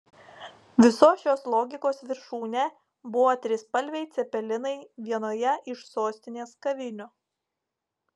visos šios logikos viršūnė buvo trispalviai cepelinai vienoje iš sostinės kavinių